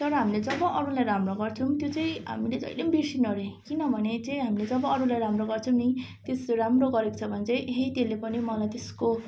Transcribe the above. तर हामीले जब अरूलाई राम्रो गर्छौँ त्यो चाहिँ हामीले जहिले पनि बिर्सिन्नौँ अरे किनभने चाहिँ हामीले जब अरूलाई राम्रो गर्छौँ नि त्यस राम्रो गरेको छ भने चाहिँ ए हे त्यसले पनि मलाई त्यसको